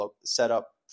setup